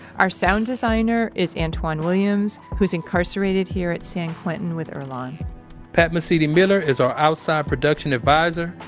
our sound designer is antwan williams who's incarcerated here at san quentin with earlonne pat mesiti miller is our outside production advisor.